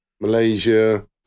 Malaysia